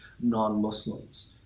non-Muslims